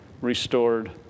restored